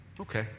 Okay